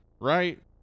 right